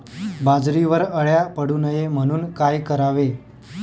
बाजरीवर अळ्या पडू नये म्हणून काय करावे?